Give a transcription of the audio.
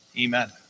Amen